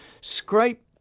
scrape